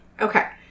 Okay